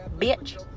bitch